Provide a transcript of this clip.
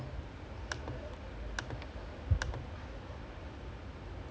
I mean நம்ம எல்லாரும் இன்னும் வீட்டுல:namba ellaarum innum veetula lah I mean I still remember watching at home lah but